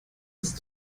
ist